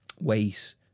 weight